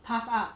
puff up